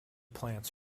plants